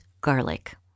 garlic